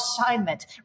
assignment